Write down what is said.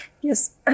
yes